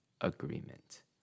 agreement